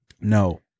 No